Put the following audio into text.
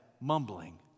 mumbling